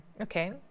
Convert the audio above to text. Okay